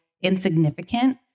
insignificant